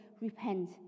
repent